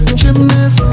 gymnast